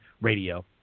Radio